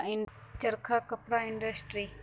चरखा कपड़ा इंडस्ट्रीर सब स पूराना औजार छिके